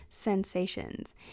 sensations